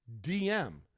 DM